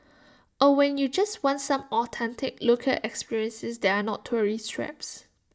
or when you just want some authentic local experiences that are not tourist traps